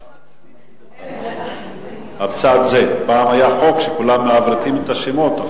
פעם היה חוק שכולם מעברתים את השמות.